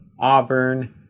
auburn